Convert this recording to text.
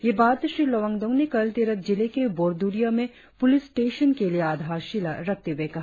ये बात श्री लोवांगडोंग ने कल तिरप जिले के बोरदुरिया में पूलिस स्टेशन के लिए आधारशिला रखते हुए कहा